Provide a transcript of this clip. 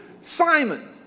Simon